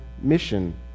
mission